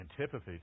antipathy